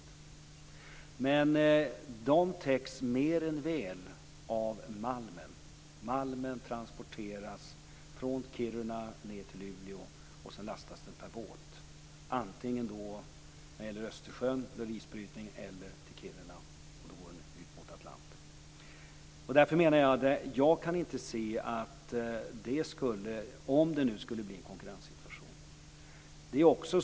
Kostnaden för dem täcks mer än väl av malmen. Malmen transporteras ned till Luleå där den lastas på båt i Östersjön, och då blir det isbrytning, eller till Kiruna, och då går den ut mot Atlanten. Jag kan inte se att det skulle ändras om det skulle bli en konkurrenssituation.